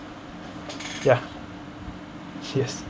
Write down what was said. ya yes